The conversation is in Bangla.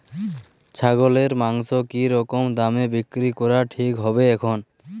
ছাগলের মাংস কী রকম দামে বিক্রি করা ঠিক হবে এখন?